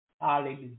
Hallelujah